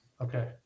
Okay